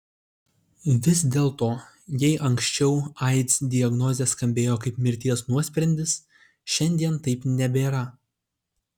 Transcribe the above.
vis dėlto jei anksčiau aids diagnozė skambėjo kaip mirties nuosprendis šiandien taip nebėra